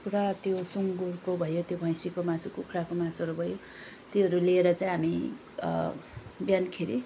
पुरा त्यो सुङ्गुरको भयो त्यो भैँसीको मासु कुखुराको मासुहरू भयो त्योहरू लिएर चाहिँ हामी बिहानखेरि